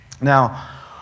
Now